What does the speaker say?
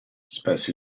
spesso